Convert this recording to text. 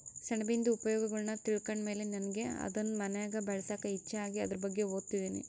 ಸೆಣಬಿಂದು ಉಪಯೋಗಗುಳ್ನ ತಿಳ್ಕಂಡ್ ಮೇಲೆ ನನಿಗೆ ಅದುನ್ ಮನ್ಯಾಗ್ ಬೆಳ್ಸಾಕ ಇಚ್ಚೆ ಆಗಿ ಅದುರ್ ಬಗ್ಗೆ ಓದ್ತದಿನಿ